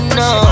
no